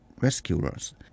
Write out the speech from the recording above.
rescuers